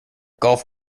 gulf